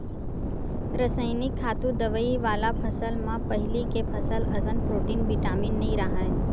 रसइनिक खातू, दवई वाला फसल म पहिली के फसल असन प्रोटीन, बिटामिन नइ राहय